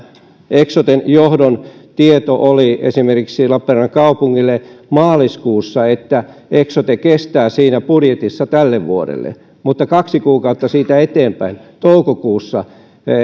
eksoten johdon tieto oli esimerkiksi lappeenrannan kaupungille maaliskuussa että eksote kestää siinä budjetissa tälle vuodelle mutta kaksi kuukautta siitä eteenpäin toukokuussa